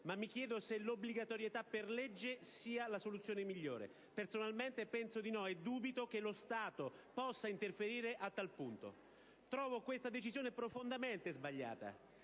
ma mi chiedo se l'obbligatorietà per legge sia la soluzione migliore. Personalmente penso di no, e dubito che lo Stato possa interferire a tal punto. Trovo questa decisione profondamente sbagliata: